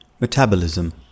metabolism